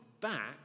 back